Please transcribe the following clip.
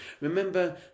Remember